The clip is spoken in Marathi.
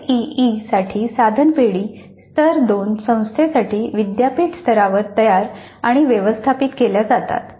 एसईईसाठी साधन पेढी स्तर 2 संस्थेसाठी विद्यापीठ स्तरावर तयार आणि व्यवस्थापित केल्या जातात